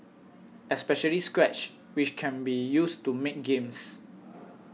especially Scratch which can be used to make games